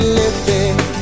lifting